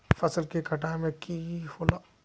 फसल के कटाई में की होला?